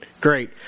great